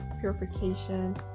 purification